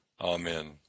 amen